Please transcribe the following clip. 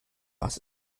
was